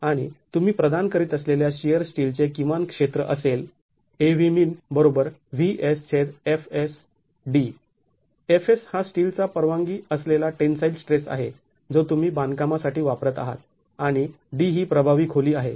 आणि तुम्ही प्रदान करीत असलेल्या शिअर स्टील चे किमान क्षेत्र असेल Fs हा स्टीलचा परवानगी असलेला टेन्साईल स्ट्रेस आहे जो तुम्ही बांधकामासाठी वापरत आहात आणि d ही प्रभावी खोली आहे